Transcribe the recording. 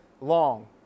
long